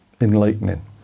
Enlightening